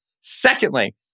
Secondly